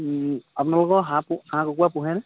আপোনালোকৰ হাঁহ হাঁহ কুকুৰা পোহেনে